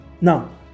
Now